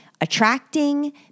attracting